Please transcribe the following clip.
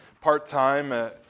part-time